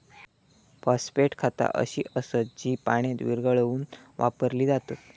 phosphate खता अशी असत जी पाण्यात विरघळवून वापरली जातत